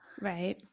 Right